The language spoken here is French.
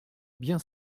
bien